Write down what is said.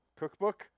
cookbook